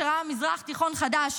שראה מזרח תיכון חדש,